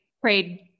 prayed